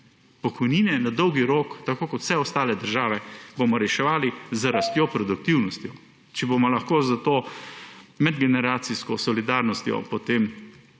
Pokojnine na dolgi rok, tako kot vse ostale države, bomo reševali z rastjo produktivnosti, če bomo lahko s to medgeneracijsko solidarnostjo potem